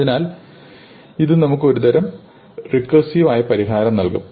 അതിനാൽ ഇത് നമുക്ക് ഒരുതരം റിക്കാർസീവ് ആയ പരിഹാരം നൽകും